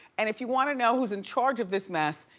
and if you wanna know who's in charge of this mess,